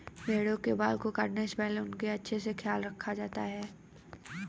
भेड़ों के बाल को काटने से पहले उनका अच्छे से ख्याल रखा जाता है